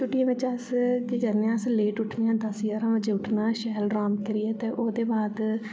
छुट्टिये च अस केह् करने आं अस लेट उठने आं दस ग्याहरा बजे उठना शैल अराम करिये दे फिर ओह्दे बाद